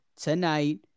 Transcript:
tonight